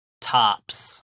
tops